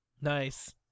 Nice